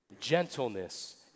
gentleness